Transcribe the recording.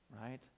right